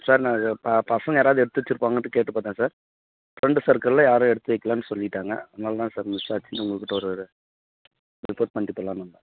sir நான் நான் பசங்க யாராவது எடுத்து வச்சிருப்பாங்கன்னு கேட்டு பார்த்தன் சார் ஃபிரண்ட்டு சர்க்கிளில் யாரும் எடுத்து வக்கிலன்னு சொல்லிவிட்டாங்க அதனால் தான் சார் மிஸ் ஆயிடுச்சின்னு உங்கள் கிட்ட ஒரு ரிப்போர்ட் பண்ணிட்டு போலான்னு வந்தேன்